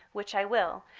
which i will.